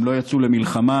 הם לא יצאו למלחמה.